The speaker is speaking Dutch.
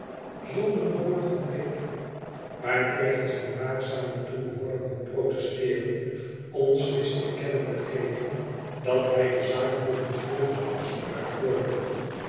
zonder een woord of blik waartegen zijn waakzame toehoorder kon protesteeren ons wist te kennen te geven dat hij de zaak volgens vroegere afspraak voordroeg